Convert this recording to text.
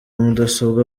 mudasobwa